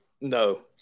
No